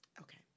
Okay